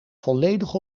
volledig